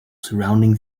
surrounding